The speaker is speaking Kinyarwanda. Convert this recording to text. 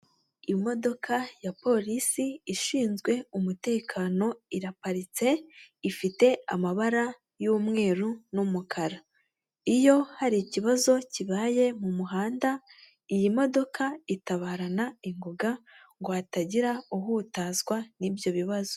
Imodoka ya polisi ishinzwe umutekano iraparitse, ifite amabara y'umweru n'umukara. Iyo hari ikibazo kibaye mu muhanda, iyi modoka itabarana ingoga ngo hatagira uhutazwa n'ibyo bibazo.